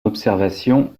observation